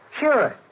Sure